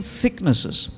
sicknesses